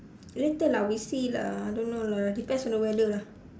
later lah we see lah I don't know lah depends on the weather lah